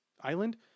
island